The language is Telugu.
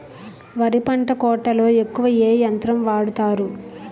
వరి పంట కోతలొ ఎక్కువ ఏ యంత్రం వాడతారు?